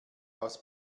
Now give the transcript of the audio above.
aus